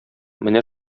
менә